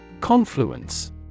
Confluence